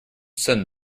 send